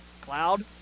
Cloud